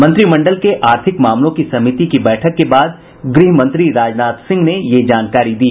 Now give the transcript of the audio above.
मंत्रिमंडल के आर्थिक मामलों की समिति की बैठक के बाद गृह मंत्री राजनाथ सिंह ने ये जानकारी दी